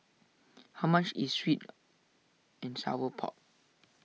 how much is Sweet and Sour Pork